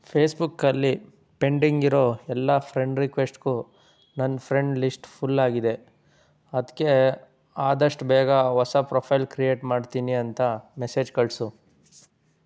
ಫೇಸ್ಬುಕ್ಕಲ್ಲಿ ಪೆಂಡಿಂಗಿರೋ ಎಲ್ಲ ಫ್ರೆಂಡ್ ರಿಕ್ವೆಸ್ಟ್ಗೂ ನನ್ನ ಫ್ರೆಂಡ್ ಲಿಸ್ಟ್ ಫುಲ್ಲಾಗಿದೆ ಅದಕ್ಕೆ ಆದಷ್ಟು ಬೇಗ ಹೊಸ ಪ್ರೊಫೈಲ್ ಕ್ರಿಯೇಟ್ ಮಾಡ್ತೀನಿ ಅಂತ ಮೆಸೇಜ್ ಕಳಿಸು